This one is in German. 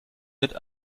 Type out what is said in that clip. mit